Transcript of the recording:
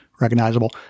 recognizable